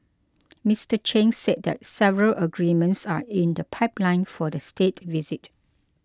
Mister Chen said that several agreements are in the pipeline for the State Visit